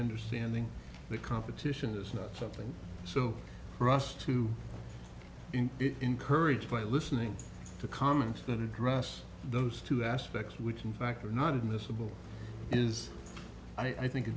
understanding the competition is not something so for us to encourage by listening to comments that address those two aspects which in fact are not admissible is i think a